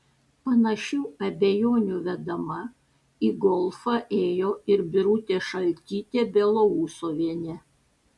panašių abejonių vedama į golfą ėjo ir birutė šaltytė belousovienė